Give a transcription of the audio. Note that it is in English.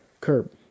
curb